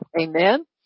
Amen